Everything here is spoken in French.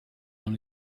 dans